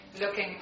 looking